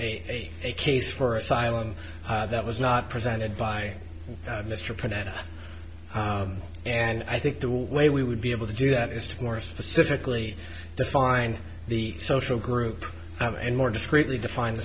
a case for asylum that was not presented by mr panetta and i think the way we would be able to do that is to more specifically define the social group of and more discreetly define a